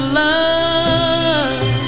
love